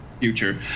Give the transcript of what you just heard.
future